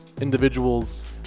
individuals